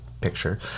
picture